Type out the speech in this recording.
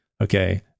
okay